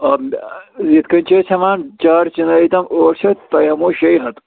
یِتھ کَنۍ چھِ أسۍ ہٮ۪وان چار چِناری تام ٲٹھ شَتھ تۄہہِ ہٮ۪مو شے ہَتھ